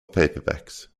paperbacks